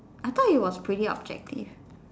I thought it was pretty objective